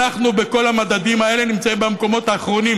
אנחנו בכל המדדים האלה נמצאים במקומות האחרונים.